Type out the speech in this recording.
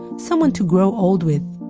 someone to grow old with.